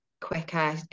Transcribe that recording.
quicker